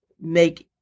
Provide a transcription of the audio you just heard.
make